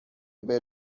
بره